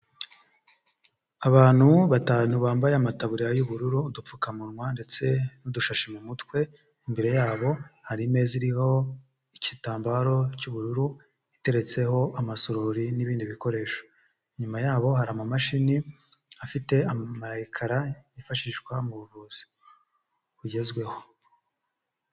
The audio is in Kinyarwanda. Abantu batanu bambaye amataburiya y'ubururu, udupfukamunwa ndetse n'udushashi mu mutwe. Imbere yabo hari imeza iriho igitambaro cy'ubururu, iteretseho amasorori n'ibindi bikoresho. inyuma yaho hari amamashini afite ama ekara yifashishwa mu buvuzi bugezweho.